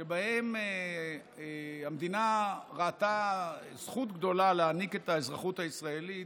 שבהם המדינה ראתה זכות גדולה להעניק את האזרחות הישראלית